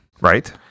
Right